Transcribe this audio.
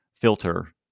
filter